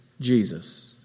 Jesus